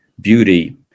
beauty